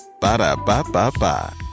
Ba-da-ba-ba-ba